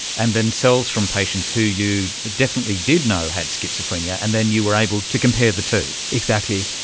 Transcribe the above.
and then cells from patients who you definitely did know had schizophrenia, and then you were able to compare the two. exactly.